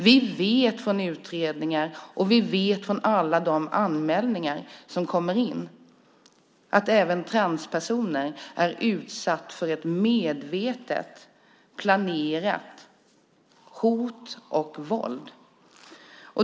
Vi vet från utredningar och från alla de anmälningar som kommer in att även transpersoner är utsatta för medvetet och planerat hot och våld.